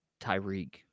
Tyreek